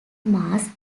mass